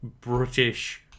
British